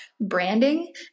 branding